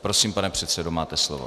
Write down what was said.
Prosím, pane předsedo, máte slovo.